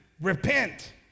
repent